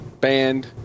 band